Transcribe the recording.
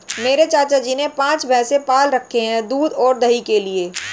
मेरे चाचा जी ने पांच भैंसे पाल रखे हैं दूध और दही के लिए